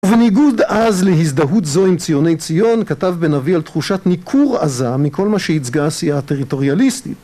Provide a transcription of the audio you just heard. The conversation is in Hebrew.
וניגוד אז להזדהות זו עם ציוני ציון כתב בן אבי על תחושת ניכור עזה מכל מה שייצגה עשייה טריטוריאליסטית